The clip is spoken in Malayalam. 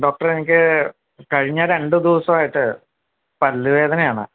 ഡോക്ടറേ എനിക്ക് കഴിഞ്ഞ രണ്ട് ദിവസമായിട്ട് പല്ല് വേദനയാണ്